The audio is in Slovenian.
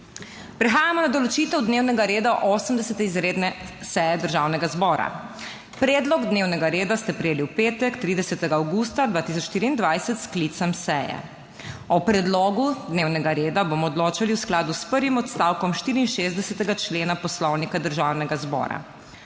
Prehajamo na določitev dnevnega reda 80. izredne seje Državnega zbora. Predlog dnevnega reda ste prejeli v petek, 30. avgusta 2024, s sklicem seje. O predlogu dnevnega reda bomo odločali v skladu s prvim odstavkom 64. člena Poslovnika Državnega zbora.